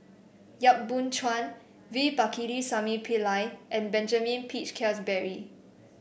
Yap Boon Chuan V Pakirisamy Pillai and Benjamin Peach Keasberry